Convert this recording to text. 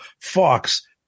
fox